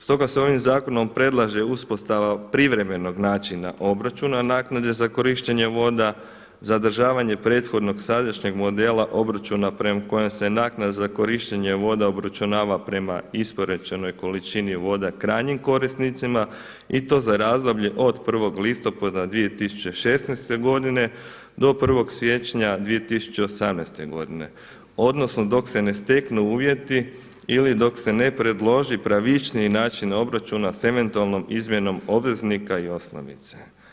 Stoga se ovim zakonom predlaže uspostava privremenog načina obračuna naknada za korištenje voda, zadržavanje prethodnog sadašnjeg modela obračuna prema kojem se naknada za korištenje voda obračunava prema isporučenoj količini voda krajnjim korisnicima i to za razdoblje od 1. listopada 2016. godine do 1. siječnja 2018. godine odnosno dok se ne steknu uvjeti ili dok se ne predloži pravičniji način obračuna s eventualnom izmjenom obveznika i osnovice.